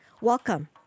Welcome